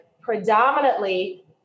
predominantly